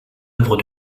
œuvres